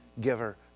giver